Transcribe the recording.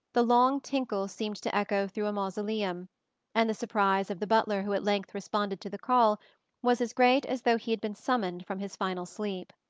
the long tinkle seemed to echo through a mausoleum and the surprise of the butler who at length responded to the call was as great as though he had been summoned from his final sleep.